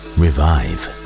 revive